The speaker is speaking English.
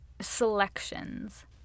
selections